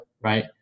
right